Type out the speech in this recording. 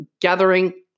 gathering